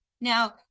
Now